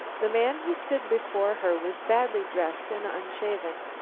the man who stood before her was badly dressed and unshaven.